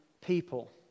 people